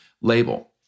label